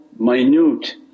Minute